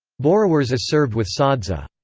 boerewors is served with sadza.